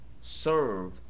serve